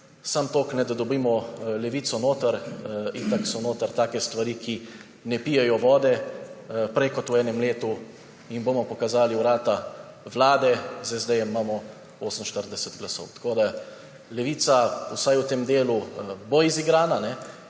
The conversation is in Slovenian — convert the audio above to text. samo toliko, da dobimo Levico noter, itak so notri take stvari, ki ne pijejo vode. Prej kot v enem letu jim bomo pokazali vrata Vlade, s SD imamo 48 glasov.« Tako da bo Levica vsaj v tem delu izigrana. Sam